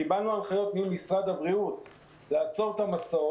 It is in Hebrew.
קיבלנו הנחיות ממשרד הבריאות לעצור את המסעות.